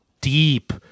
deep